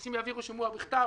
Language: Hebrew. אנשים יעבירו שימוע בכתב,